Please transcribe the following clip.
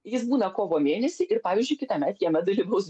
jis būna kovo mėnesį ir pavyzdžiui kitąmet jame dalyvaus